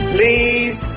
Please